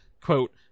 Quote